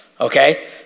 okay